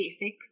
basic